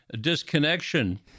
disconnection